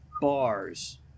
bars